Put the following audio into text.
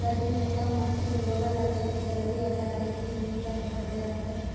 गर्मी में कोन मट्टी में लोबा लगियै कि जल्दी और जादे दिन तक भरतै रहतै?